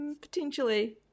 Potentially